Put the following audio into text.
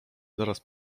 zaraz